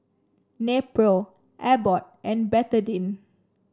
Nepro Abbott and Betadine